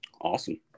Awesome